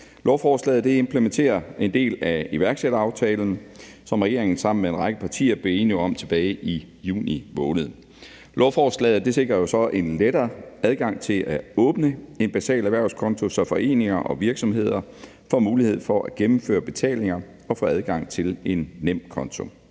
Lovforslaget implementerer en del af iværksætteraftalen, som regeringen sammen med en række partier blev enige om tilbage i juni måned. Lovforslaget sikrer så en lettere adgang til at åbne en basal erhvervskonto, så foreninger og virksomheder får mulighed for at gennemføre betalinger og få adgang til en nemkonto.